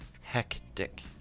Hectic